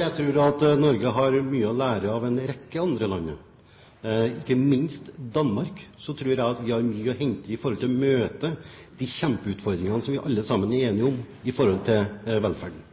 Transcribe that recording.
Jeg tror Norge har mye å lære av en rekke andre land. Ikke minst i Danmark tror jeg vi har mye å hente med hensyn til å møte de kjempeutfordringene som vi alle sammen er enige om når det gjelder velferden.